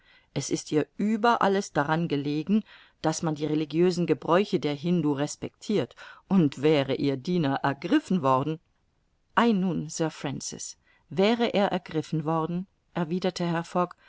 es ist ihr über alles daran gelegen daß man die religiösen gebräuche der hindu respectirt und wäre ihr diener ergriffen worden ei nun sir francis wäre er ergriffen worden erwiderte